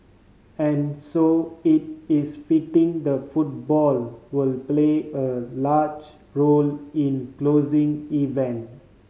and so it is fitting the football will play a large role in closing event